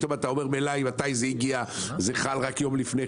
אם הגענו להסכמה